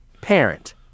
parent